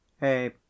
Hey